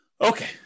Okay